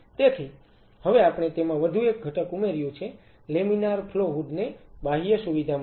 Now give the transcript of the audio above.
તેથી હવે આપણે તેમાં વધુ એક ઘટક ઉમેર્યું છે લેમિનાર ફ્લો હૂડ ને બાહ્ય સુવિધામાં રાખો